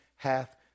hath